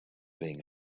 being